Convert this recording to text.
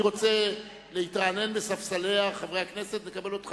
אם אדוני רוצה להתרענן בספסלי חברי הכנסת נקבל אותך